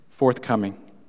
forthcoming